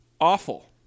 awful